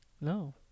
No